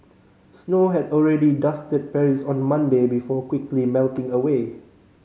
snow had already dusted Paris on Monday before quickly melting away